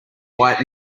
white